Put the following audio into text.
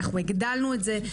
אנחנו הגדלנו את זה.